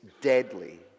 deadly